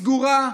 סגורה,